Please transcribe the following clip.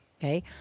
okay